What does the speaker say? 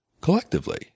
collectively